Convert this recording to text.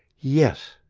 yes,